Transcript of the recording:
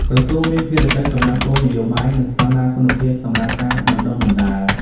ក្រសួងមានភារកិច្ចកំណត់គោលនយោបាយ និងស្តង់ដារគុណភាពសម្រាប់ការបណ្ដុះបណ្ដាល។